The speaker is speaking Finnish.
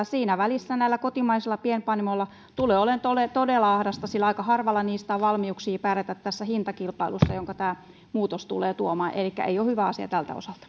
siinä välissä näillä kotimaisilla pienpanimoilla tulee olemaan todella ahdasta sillä aika harvalla niistä on valmiuksia pärjätä hintakilpailussa jonka tämä muutos tulee tuomaan elikkä tämä ei ole hyvä asia tältä osalta